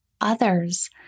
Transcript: Others